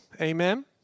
Amen